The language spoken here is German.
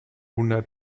kaunas